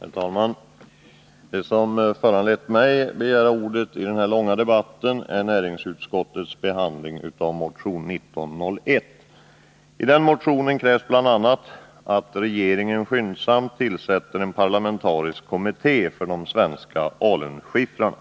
Herr talman! Det som föranlett mig att begära ordet i denna långa debatt är näringsutskottets behandling av motion 1901. I den motionen krävs bl.a. ”att regeringen skyndsamt tillsätter en parlamentarisk kommitté för de svenska alunskiffrarna”.